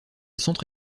centre